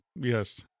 yes